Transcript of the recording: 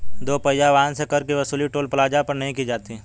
दो पहिया वाहन से कर की वसूली टोल प्लाजा पर नही की जाती है